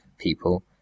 People